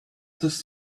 does